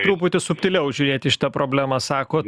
truputį subtiliau žiūrėti į šitą problemą sakot